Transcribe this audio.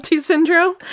syndrome